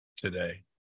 today